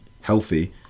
healthy